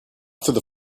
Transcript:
through